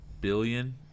billion